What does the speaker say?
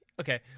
Okay